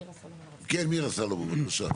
כן, מירה סלומון, בבקשה.